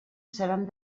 seran